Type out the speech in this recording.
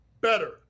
better